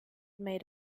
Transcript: made